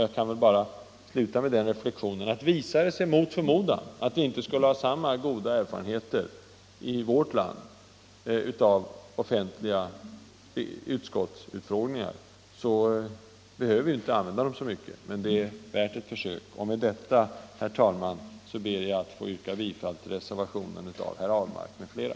Jag vill sluta med den reflexionen att visar det sig mot förmodan att vi inte skulle få samma goda erfarenheter i vårt land som man haft: LL på andra håll av offentliga utskottsutfrågningar, behöver vi inte använda — Offentliga utskotts dem så mycket. Men det är värt ett försök. utfrågningar Med detta, herr talman, yrkar jag bifall till reservationen av herr Ahlmark m.fl.